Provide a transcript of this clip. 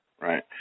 Right